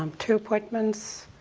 um two appointments,